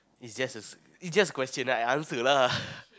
is just a is just question that I answer lah